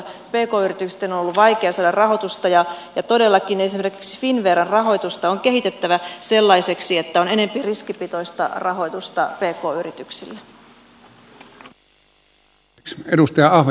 pk yritysten on ollut vaikea saada rahoitusta ja todellakin esimerkiksi finnveran rahoitusta on kehitettävä sellaiseksi että on enempi riskipitoista rahoitusta pk yrityksille